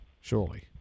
surely